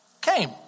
came